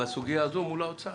בסוגיה הזו מול האוצר.